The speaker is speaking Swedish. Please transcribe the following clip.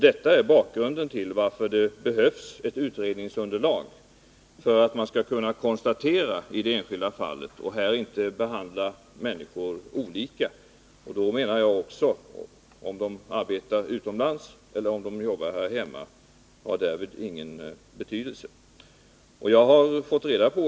Detta är bakgrunden till varför det behövs ett utredningsunderlag. Man skall kunna bedöma det enskilda fallet och undvika att behandla människor olika. Därvidlag har det, enligt min mening, ingen betydelse om vederbörande arbetar utomlands eller här hemma.